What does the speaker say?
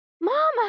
Mama